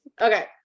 Okay